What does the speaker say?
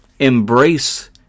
Embrace